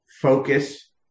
focus